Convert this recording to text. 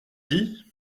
dit